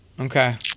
Okay